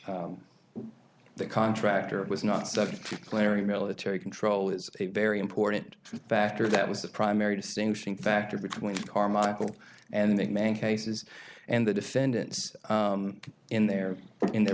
that the contractor was not started clearing military control is a very important factor that was the primary distinguishing factor between carmichael and the man cases and the defendants in their in their